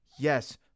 Yes